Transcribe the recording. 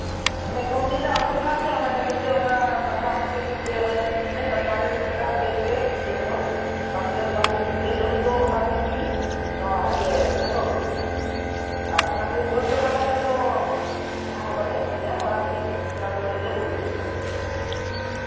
ᱢᱟᱱᱮ ᱠᱚᱢ ᱫᱤᱱ ᱨᱮᱭᱟᱜ ᱦᱩᱲᱩ ᱠᱟᱱᱟ ᱥᱮ ᱚᱱᱟ ᱠᱷᱟᱹᱛᱤᱨ ᱛᱮ ᱚᱱᱟ ᱫᱟᱠᱟ ᱦᱚᱸ ᱠᱟᱺᱪ ᱤᱭᱟᱹ ᱢᱟᱱᱮ ᱥᱟᱨᱠᱟᱨᱤ ᱦᱳᱲᱳ ᱠᱟᱱᱟ ᱵᱮᱥ ᱜᱮ ᱵᱮᱥ ᱫᱚ ᱵᱟᱝ ᱢᱮᱱᱛᱮ ᱫᱚ ᱵᱟᱝ ᱞᱮᱠᱤᱱ ᱡᱷᱟᱹᱞ ᱦᱳᱲᱳ ᱫᱚ ᱚᱱᱟ ᱫᱚ ᱥᱤᱵᱤᱞᱟ ᱱᱚᱣᱟ ᱤᱭᱟᱹ ᱠᱷᱟᱴᱚ ᱦᱳᱲᱳ ᱠᱚᱨᱮ ᱠᱷᱚᱱ ᱫᱚ ᱟᱨ ᱚᱱᱟ ᱠᱷᱟᱹᱛᱤᱨ ᱡᱚᱢ ᱡᱚᱠᱷᱟᱡ ᱟᱞᱮ ᱫᱚ ᱡᱟᱦᱟᱸ ᱠᱚ ᱵᱟᱞᱮ ᱟᱹᱠᱷᱨᱤᱧᱟ ᱚᱲᱟᱜ ᱞᱟᱹᱜᱤᱫ ᱚᱱᱟ ᱫᱚ ᱡᱷᱟᱹᱞ ᱦᱳᱲᱳ ᱜᱮᱞᱮ ᱪᱟᱥᱟ